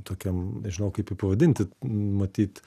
tokiam nežinau kaip jį pavadinti matyt